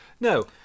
No